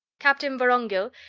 captain vorongil,